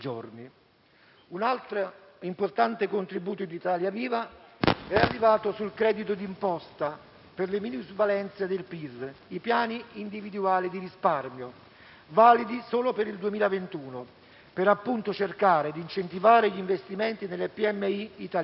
Un altro importante contributo di Italia Viva è arrivato sul credito di imposta per le minusvalenze del PIL, i piani individuali di risparmio, validi solo per il 2021, per cercare appunto di incentivare gli investimenti nelle piccole